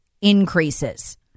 increases